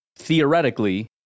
theoretically